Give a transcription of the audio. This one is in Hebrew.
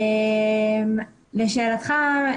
לשאלתך,